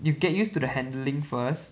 you get used to the handling first